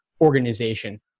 organization